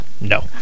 No